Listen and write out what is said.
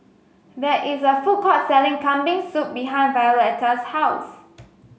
there is a food court selling Kambing Soup behind Violetta's house